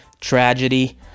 tragedy